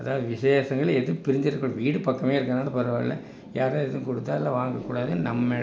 அதாவது விசேஷங்கள் எதுவும் பிரிஞ்சிடக் வீடு பக்கமே இருக்கிறனால பரவாயில்ல யாரும் எதுவும் கொடுத்தாலும் வாங்கக்கூடாது நம்ம